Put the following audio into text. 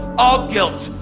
all guilt,